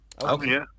Okay